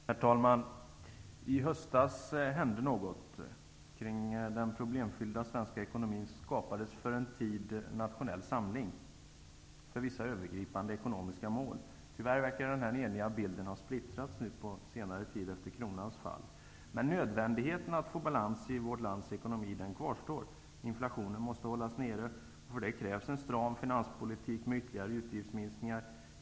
Herr talman! I höstas hände något. Kring den problemfyllda svenska ekonomin skapades för en tid nationell samling för vissa övergripande ekonomiska mål. Tyvärr verkar den eniga bilden ha splittrats på senare tid efter kronans fall. Men nödvändigheten att få balans i vårt lands ekonomi kvarstår. Inflationen måste hållas nere. För detta krävs en stram finanspolitik med ytterligare utgiftsminskningar.